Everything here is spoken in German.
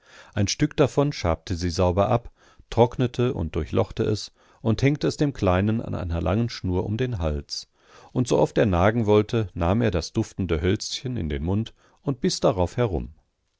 ein stück davon schabte sie sauber ab trocknete und durchlochte es und hängte es dem kleinen an einer langen schnur um den hals und sooft er nagen wollte nahm er das duftende hölzchen in den mund und biß darauf herum